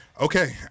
Okay